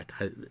right